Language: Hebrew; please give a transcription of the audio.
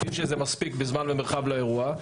נגיד שזה מספיק בזמן ומרחב לאירוע,